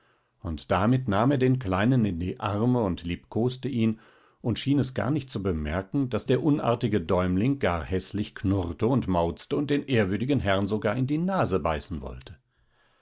und damit nahm er den kleinen in die arme und liebkoste ihn und schien es gar nicht zu bemerken daß der unartige däumling gar häßlich knurrte und mauzte und den ehrwürdigen herrn sogar in die nase beißen wollte